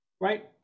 right